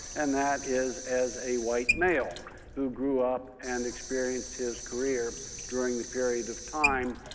and that is as a white male who grew up and experienced his career during the period of time,